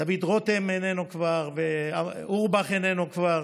דוד רותם איננו כבר, אורבך איננו כבר.